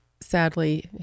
sadly